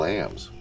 Lambs